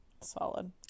Solid